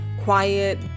quiet